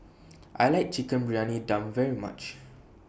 I like Chicken Briyani Dum very much